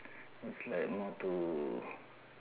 it's like more to